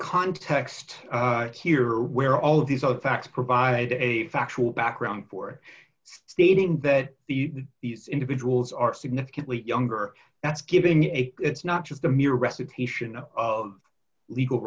context here where all of these are the facts provide a factual background for stating that the these individuals are significantly younger that's getting a it's not just the mere recitation of legal